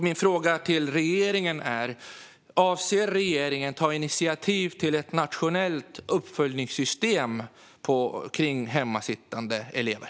Min fråga till regeringen är: Avser regeringen att ta initiativ till ett nationellt uppföljningssystem kring hemmasittande elever?